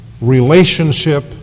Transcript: relationship